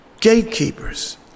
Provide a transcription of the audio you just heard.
Gatekeepers